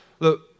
Look